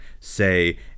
say